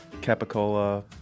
capicola